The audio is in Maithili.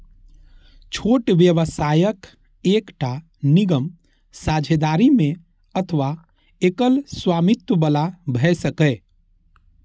छोट व्यवसाय एकटा निगम, साझेदारी मे अथवा एकल स्वामित्व बला भए सकैए